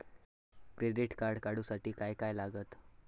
Credit card काढूसाठी काय काय लागत?